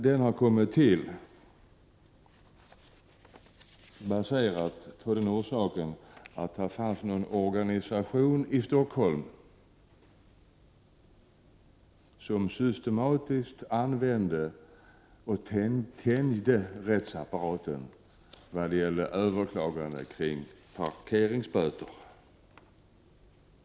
Den har kommit till av den anledningen att det i Stockholm funnits en organisation som systematiskt använde och tänjde rättsapparaten för överklaganden kring parkeringsböter.